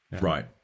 Right